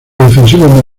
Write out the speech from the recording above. defensivo